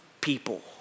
people